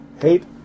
hate